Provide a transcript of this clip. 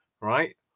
Right